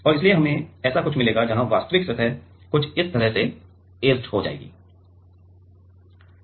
और इसलिए हमें ऐसा कुछ मिलेगा जहां वास्तविक सतह कुछ इस तरह से ऐचेड हो जाती है